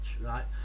right